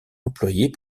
employées